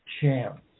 chance